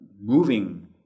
moving